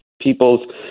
people's